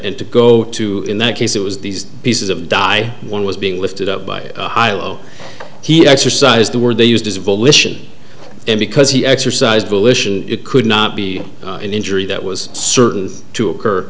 and to go to in that case it was these pieces of dye one was being lifted up by hailo he exercised the word they used his volition and because he exercised volition it could not be an injury that was certain to occur